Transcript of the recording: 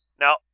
Now